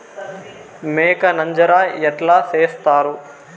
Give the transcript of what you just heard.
మేక నంజర ఎట్లా సేస్తారు?